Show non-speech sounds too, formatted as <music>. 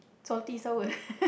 salty sour <laughs>